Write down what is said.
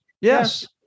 yes